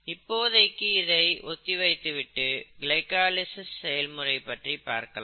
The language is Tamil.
இப்போதைக்கு இதை ஒத்திவைத்துவிட்டு கிளைகாலிசிஸ் செயல்முறை பற்றி பார்க்கலாம்